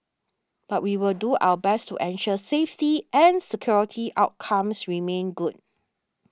but we will do our best to ensure safety and security outcomes remain good